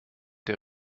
der